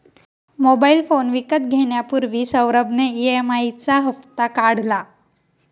mobile phone विकत घेण्यापूर्वी सौरभ ने ई.एम.आई चा हप्ता काढला